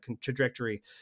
trajectory